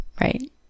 Right